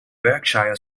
berkshire